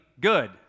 good